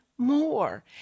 more